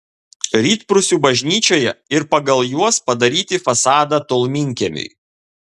rytprūsių bažnyčioje ir pagal juos padaryti fasadą tolminkiemiui